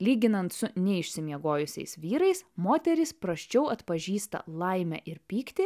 lyginant su neišsimiegojusiais vyrais moterys prasčiau atpažįsta laimę ir pyktį